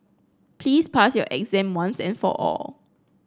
please pass your exam once and for all